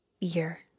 year